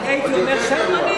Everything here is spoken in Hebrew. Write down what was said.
אני הייתי אומר "שרמנים"?